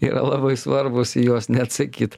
yra labai svarbūs į juos neatsakyt